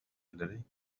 hillary